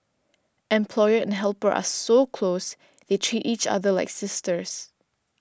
employer and helper are so close they treat each other like sisters